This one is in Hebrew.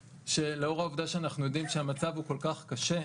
שלאור העובדה שאנחנו יודעים שהמצב הוא כל כך קשה,